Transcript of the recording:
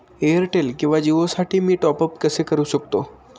Airtel किंवा जिओसाठी मी टॉप ॲप कसे करु शकतो?